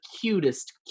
cutest